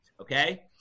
Okay